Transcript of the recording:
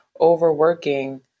overworking